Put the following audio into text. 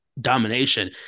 domination